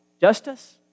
Justice